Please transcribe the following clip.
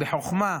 בחוכמה,